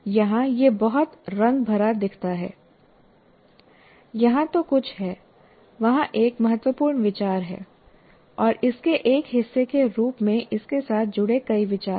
यहां यह बहुत रंग भरा दिखता है यहां जो कुछ है वहां एक महत्वपूर्ण विचार है और इसके एक हिस्से के रूप में इसके साथ जुड़े कई विचार हैं